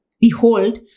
Behold